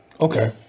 Okay